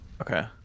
Okay